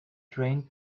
train